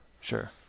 Sure